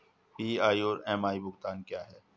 PI और MI भुगतान क्या हैं?